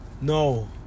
No